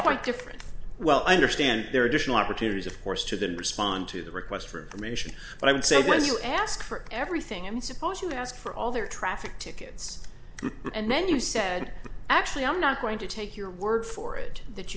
operate different well i understand there are additional opportunities of course to them respond to the request for information but i would say when you ask for everything and suppose you ask for all their traffic tickets and then you said actually i'm not going to take your word for it that